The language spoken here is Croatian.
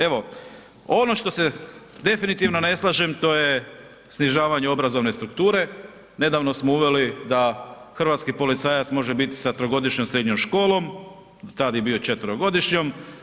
Evo, ono što se definitivno ne slažem, to je snižavanje obrazovne strukture, nedavno smo uveli da hrvatski policajac može bit sa trogodišnjom srednjom školom, do tad je bio četverogodišnjom.